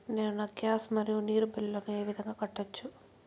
నేను నా గ్యాస్, మరియు నీరు బిల్లులను ఏ విధంగా కట్టొచ్చు?